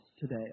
today